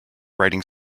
writing